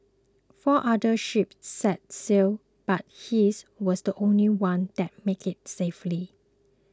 four other ships set sail but his was the only one that made it safely